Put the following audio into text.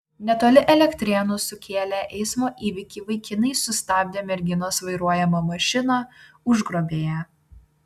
netoli elektrėnų sukėlę eismo įvykį vaikinai sustabdė merginos vairuojamą mašiną užgrobė ją